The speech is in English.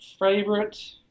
favorite